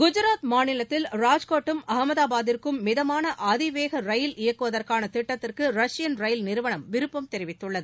குஜராத் மாநிலத்தில் ராஜ்கோட்டுக்கும் அகமதாபாத்திற்கும் மிதமான அதிவேக ரயில் இயக்குவதற்கான திட்டத்திற்கு ரஷ்யன் ரயில் நிறுவனம் விருப்பம் தெரிவித்துள்ளது